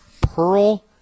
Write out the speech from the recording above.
Pearl